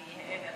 בוודאי.